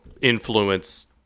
influence